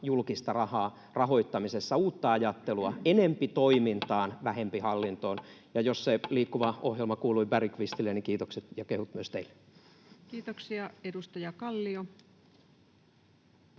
julkista rahaa — rahoittamisessa uutta ajattelua: enempi toimintaan, vähempi hallintoon. Ja jos se Liikkuva-ohjelma kuului Bergqvistille, niin kiitokset ja kehut myös teille. [Speech 505] Speaker: